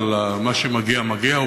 אבל מה שמגיע מגיע.